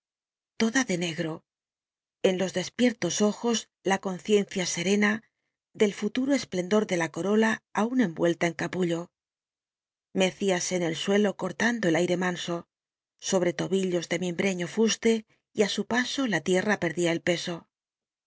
toda de negro en los despiertos ojos la conciencia serena del futuro esplendor de la corola aun envuelta en capullo mecíase en el suelo cortando el aire manso sobre tobillos de mimbreño fuste y á su paso la tierra perdía el peso